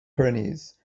pyrenees